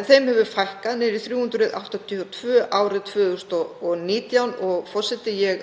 en þeim hafði fækkað niður í 382 árið 2019. Ég fletti